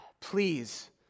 please